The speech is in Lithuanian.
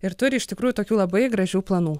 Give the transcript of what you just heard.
ir turi iš tikrųjų tokių labai gražių planų